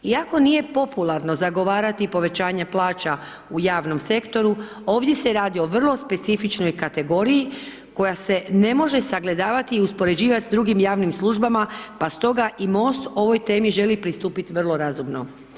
Iako nije popularno zagovarati povećanja plaća u javnom sektoru, ovdje se radi o vrlo specifičnoj kategoriji koja se ne može sagledavati i uspoređivati s drugim javnim službama pa stoga i MOST ovoj temi želi pristupiti vrlo razumno.